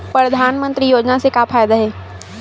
परधानमंतरी योजना से का फ़ायदा हे?